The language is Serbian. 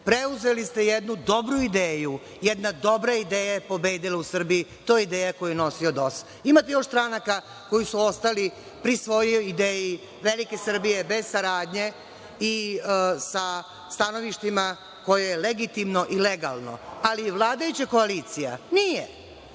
Preuzeli ste jednu dobru ideju, jedna dobra ideja je pobedila u Srbiju, to je ideja koju je nosio DOS.Ima tu još stranaka koji su ostali pri svojoj ideji, velike Srbije bez saradnje i sa stanovništvima koje legitimno i legalno, ali vladajuća koalicija nije,